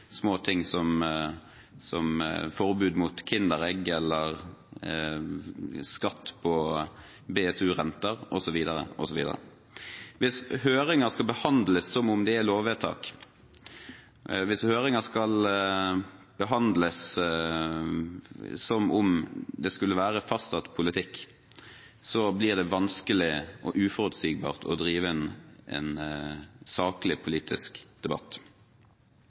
små ting som forbud mot kinderegg eller skatt på BSU-renter osv. Hvis høringer skal behandles som om de er lovvedtak, eller som om de skulle være fastsatt politikk, blir det vanskelig og uforutsigbart å drive en saklig politisk debatt.